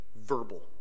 verbal